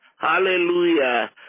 Hallelujah